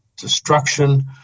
destruction